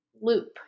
loop